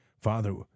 Father